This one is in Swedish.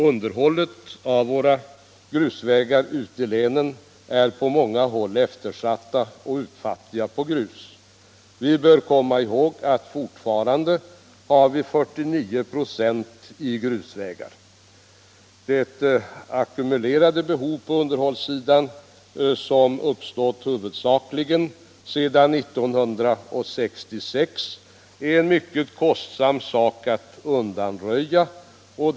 Underhållet av våra grusvägar ute i länen är på många håll eftersatt och de är utfattiga på grus. Vi bör komma ihåg att vi fortfarande har 49 926 grusvägar. Det ackumulerade behov på underhållssidan som uppstått, huvudsakligast sedan 1966, är en mycket kostsam sak att tillgodose.